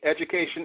education